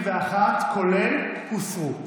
21, כולל, הוסרו,